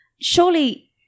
Surely